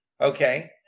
okay